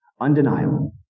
undeniable